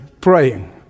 praying